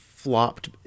flopped